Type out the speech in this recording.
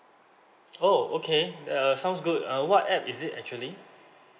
oh okay err sounds uh good what app is it actually